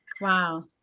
wow